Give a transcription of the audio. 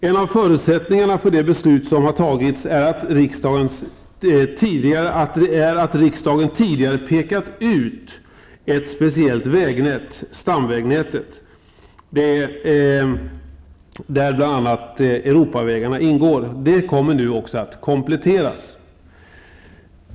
En av förutsättningarna för det beslut som har fattats är att riksdagen tidigare pekat ut ett speciellt vägnät, stamvägnätet, där bl.a. Europavägarna ingår. Det kommer nu att kompletteras.